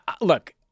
Look